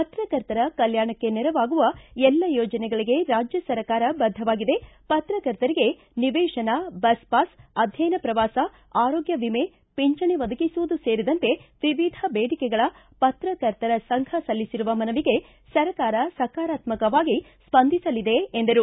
ಪತ್ರಕರ್ತರ ಕಲ್ಯಾಣಕ್ಕೆ ನೆರವಾಗುವ ಎಲ್ಲಾ ಯೋಜನೆಗಳಿಗೆ ರಾಜ್ಯ ಸರ್ಕಾರ ಬದ್ದವಾಗಿದೆ ಪತ್ರಕರ್ತರಿಗೆ ನಿವೇಶನ ಬಸ್ ಪಾಸ್ ಅಧ್ಯಯನ ಪ್ರವಾಸ ಆರೋಗ್ಯ ವಿಮೆ ಪಿಂಚಣಿ ಒದಗಿಸುವುದು ಸೇರಿದಂತೆ ವಿವಿಧ ಬೇಡಿಕೆಗಳ ಪತ್ರಕರ್ತರ ಸಂಘ ಸಲ್ಲಿಸಿರುವ ಮನವಿಗೆ ಸರ್ಕಾರ ಸಕಾರಾತ್ಕಕವಾಗಿ ಸ್ಪಂದಿಸಲಿದೆ ಎಂದರು